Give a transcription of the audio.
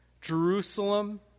Jerusalem